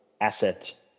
asset